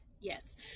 yes